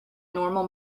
normal